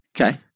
Okay